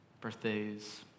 Birthdays